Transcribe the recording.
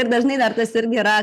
ir dažnai dar tas irgi yra